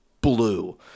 blue